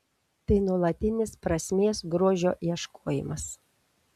tai nuolatinis prasmės grožio ieškojimas